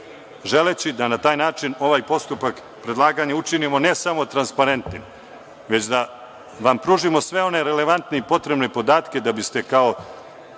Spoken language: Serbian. želeći da na taj način ovaj postupak predlaganja učinimo ne samo transparentnim, već da vam pružimo sve one relevantne i potrebne podatke da biste kao